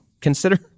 consider